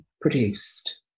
produced